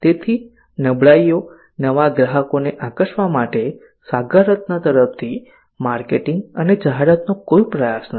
તેથી નબળાઈઓ નવા ગ્રાહકોને આકર્ષવા માટે સાગર રત્ન તરફથી માર્કેટિંગ અને જાહેરાતનો કોઈ પ્રયાસ નથી